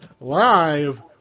live